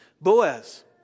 Boaz